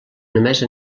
només